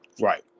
Right